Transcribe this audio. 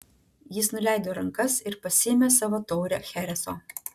jis nuleido rankas ir pasiėmė savo taurę chereso